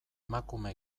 emakume